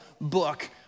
book